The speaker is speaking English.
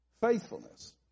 Faithfulness